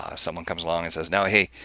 someone comes along and says, now, hey,